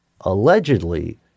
allegedly